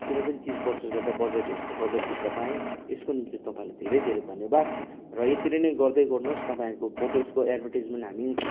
कुनै पनि चिज पर्चेस गर्दा बजेट हेर्छौँ बजेट भित्र पाएँ यसको निम्ति तपाईँलाई धेरै धेरै धन्यवाद र यसरी नै गर्दै गर्नुहोस् तपाईँहरूको फोटोजको एड्भर्टिजमेन्ट हामी